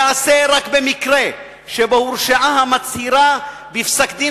ייעשה רק במקרה שבו הורשעה המצהירה בפסק-דין